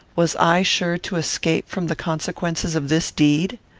was i sure to escape from the consequences of this deed?